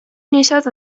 несет